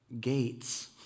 gates